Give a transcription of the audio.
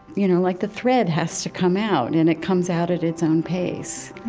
you know, like the thread has to come out, and it comes out at its own pace